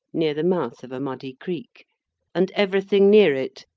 near the mouth of a muddy creek and everything near it,